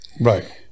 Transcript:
right